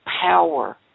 power